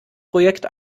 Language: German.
projekt